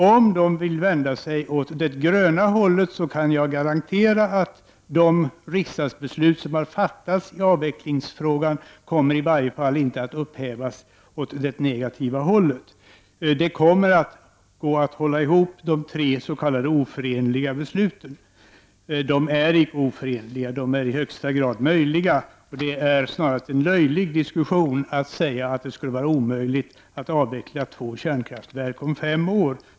Om de vill vända sig åt det gröna hållet kan jag garantera att de riksdagsbeslut som har fattats i avvecklingsfrågan i alla fall inte kommer att upphävas. Det kommer att gå att hålla ihop de tre s.k. oförenliga besluten. De är icke oförenliga, det är i högsta grad möjligt. Det är närmast löjligt att säga att det skulle vara omöjligt att avveckla två kärnkraftverk om fem år.